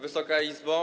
Wysoka Izbo!